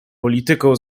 polityką